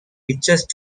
richest